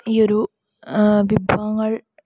ഈയൊരു വിഭവങ്ങൾ